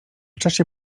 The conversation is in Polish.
czasie